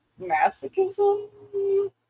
masochism